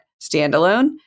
standalone